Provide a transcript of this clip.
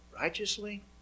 righteously